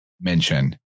mention